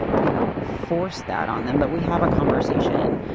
you know, force that on them, but we have a conversation.